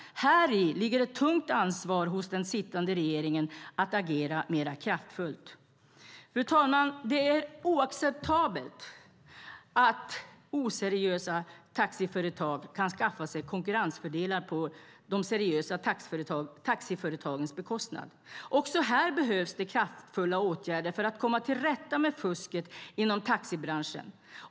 Här ligger ett tungt ansvar hos den sittande regeringen att agera mer kraftfullt. Fru talman! Det är oacceptabelt att oseriösa taxiföretag kan skaffa sig konkurrensfördelar på de seriösa taxiföretagens bekostnad. Också här behövs det kraftfulla åtgärder för att komma till rätta med fusket inom taxibranschen.